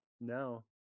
No